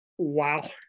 Wow